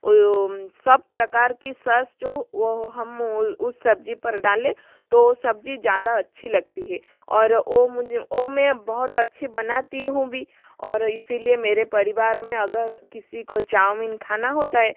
ओ सब प्रकार की सस जो वो हम उस सब्ज़ी पर डालें तो वो सब्ज़ी ज़्यादा अच्छी लगती है और ओ मुझे ओ मैं बहुत अच्छी बनाती हूँ भी और इसलिए मेरे परिवार में अगर किसी को चाउमीन खाना होता है